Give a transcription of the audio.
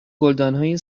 گلدانهای